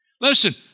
Listen